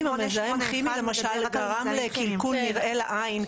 גם אם המזהם הכימי למשל גרם לקלקול נראה לעין,